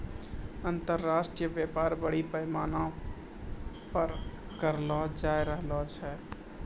अन्तर्राष्ट्रिय व्यापार बरड़ी पैमाना पर करलो जाय रहलो छै